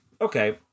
Okay